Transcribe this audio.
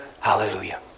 Hallelujah